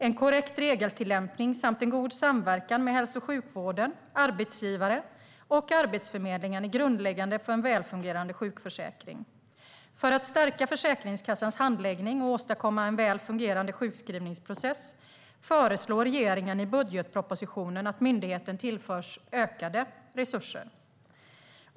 En korrekt regeltillämpning samt en god samverkan med hälso och sjukvården, arbetsgivare och Arbetsförmedlingen är grundläggande för en välfungerande sjukförsäkring. För att stärka Försäkringskassans handläggning och åstadkomma en väl fungerande sjukskrivningsprocess föreslår regeringen i budgetpropositionen att myndigheten tillförs ökade resurser.